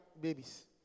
babies